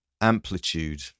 amplitude